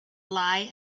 lie